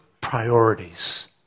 priorities